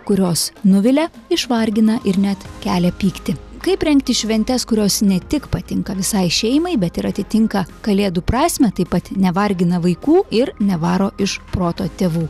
kurios nuvilia išvargina ir net kelia pyktį kaip rengti šventes kurios ne tik patinka visai šeimai bet ir atitinka kalėdų prasmę taip pat nevargina vaikų ir nevaro iš proto tėvų